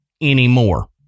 anymore